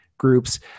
groups